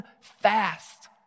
fast